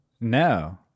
No